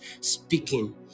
speaking